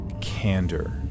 Candor